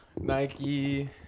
Nike